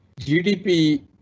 GDP